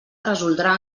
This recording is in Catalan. resoldrà